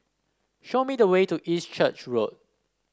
show me the way to East Church Road